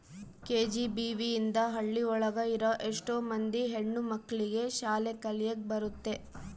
KGBV ಇಂದ ಹಳ್ಳಿ ಒಳಗ ಇರೋ ಎಷ್ಟೋ ಮಂದಿ ಹೆಣ್ಣು ಮಕ್ಳಿಗೆ ಶಾಲೆ ಕಲಿಯಕ್ ಬರುತ್ತೆ